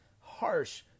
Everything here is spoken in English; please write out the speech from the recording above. harsh